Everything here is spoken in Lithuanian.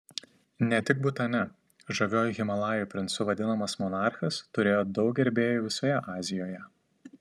ne tik butane žaviuoju himalajų princu vadinamas monarchas turėjo daug gerbėjų visoje azijoje